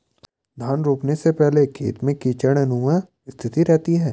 धान रोपने के पहले खेत में कीचड़नुमा स्थिति रहती है